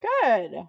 Good